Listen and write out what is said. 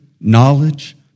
knowledge